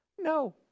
No